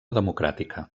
democràtica